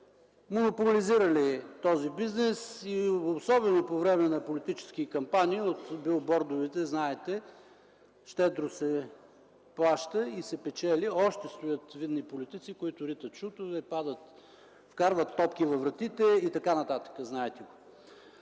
монополизирали този бизнес. Особено по време на политически кампании, знаете, щедро се плаща и се печели от тях. Още стоят видни политици, които ритат шутове, вкарват топки във вратите и така нататък, знаете го.